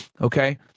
Okay